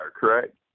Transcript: correct